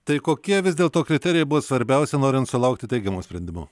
tai kokie vis dėlto kriterijai buvo svarbiausi norint sulaukti teigiamo sprendimo